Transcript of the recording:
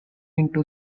into